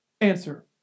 Answer